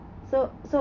so so